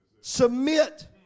Submit